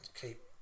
keep